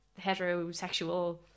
heterosexual